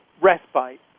respite